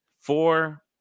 Four